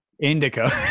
indica